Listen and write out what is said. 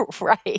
Right